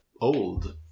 old